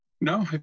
No